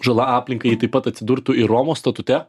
žala aplinkai taip pat atsidurtų ir romos statute